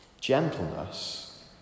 gentleness